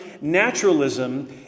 Naturalism